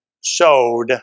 sowed